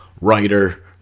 writer